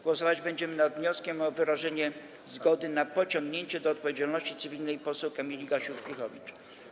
Głosować będziemy nad wnioskiem o wyrażenie zgody na pociągnięcie do odpowiedzialności cywilnej poseł Kamili Gasiuk-Pihowicz.